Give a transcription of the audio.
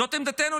זאת עמדתנו,